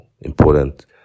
important